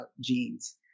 genes